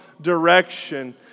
direction